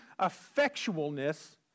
effectualness